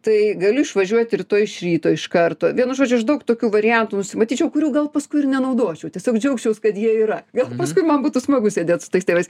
tai galiu išvažiuoti rytoj iš ryto iš karto vienu žodžiu aš daug tokių variantų matyčiau kurių gal paskui ir nenaudočiau tiesiog džiaugčiaus kad jie yra gal paskui man būtų smagu sėdėt su tais tėvais